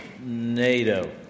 NATO